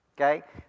Okay